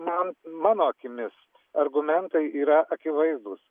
man mano akimis argumentai yra akivaizdūs